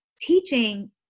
Teaching